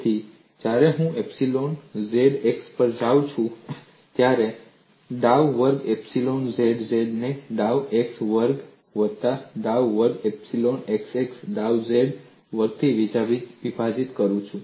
તેથી જ્યારે હું એપ્સીલોન zx પર જાઉં છું ત્યારે મેં ડાઉ વર્ગ એપ્સીલોન zz ને ડાઉ x વર્ગ વત્તા ડાઉ વર્ગ એપ્સીલોન xx ડાઉ z વર્ગર્થી વિભાજીત કર્યું છે